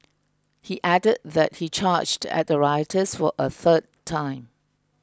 he added that he charged at the rioters for a third time